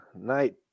Knight